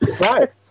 Right